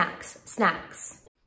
snacks